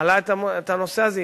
מעלה את הנושא הזה,